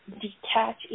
detach